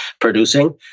producing